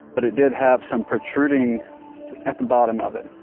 but it did have some protruding at the bottom of it.